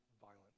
violence